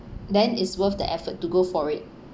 then is worth the effort to go for it